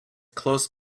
close